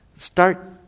start